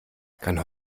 kann